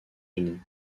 unies